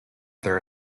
their